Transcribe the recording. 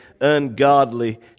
ungodly